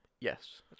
Yes